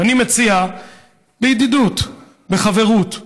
ואני מציע בידידות, בחברות,